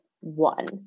one